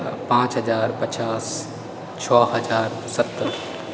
पाँच हजार पचास छओ हजार सत्तर